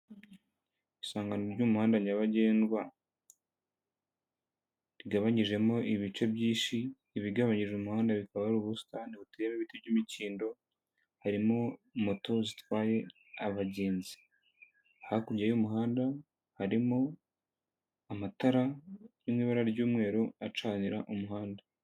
Isangano ry'umuhanda nyabagendwa rigabanyijemo ibice byinshi, ibigabanyije umuhanda bikaba ari ubusitani buteyemo ibiti by'imikindo, harimo moto zitwaye abagenzi. Hakurya y'umuhanda harimo amatara ari mu ibara ry'umweru acanira umuhanda.